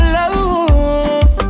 love